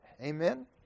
Amen